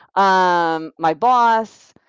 um my boss,